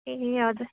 ए हजुर